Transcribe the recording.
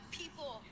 people